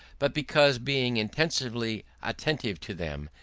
but because, being intensely attentive to them,